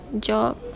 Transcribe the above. job